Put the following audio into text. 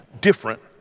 different